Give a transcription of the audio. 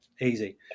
easy